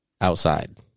outside